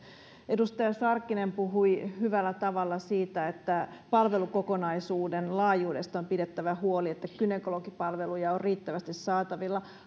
edustaja sarkkinen puhui hyvällä tavalla siitä että palvelukokonaisuuden laajuudesta on pidettävä huoli ja että gynekologipalveluja on riittävästi saatavilla